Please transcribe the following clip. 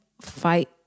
fight